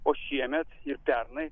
o šiemet ir pernai